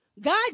God